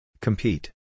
Compete